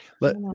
Let